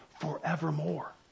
forevermore